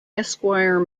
esquire